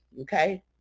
okay